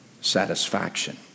satisfaction